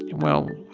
well,